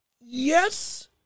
yes